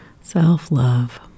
Self-love